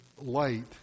light